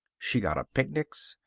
she got up picnics.